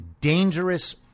dangerous